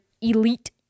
elite